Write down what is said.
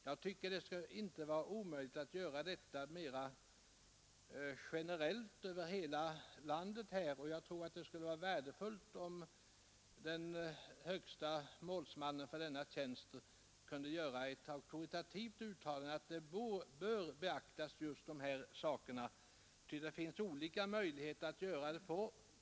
Jag tycker att det inte borde vara omöjligt att få en sådan ordning till stånd över hela landet, och det skulle vara värdefullt om den högste målsmannen för denna tjänst kunde göra ett auktoritativt uttalande om att dessa saker bör beaktas.